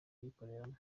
kuyikoreramo